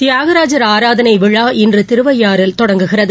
தியாகராஜர் ஆராதனை விழா இன்று திருவையாறில் தொடங்குகிறது